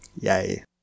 yay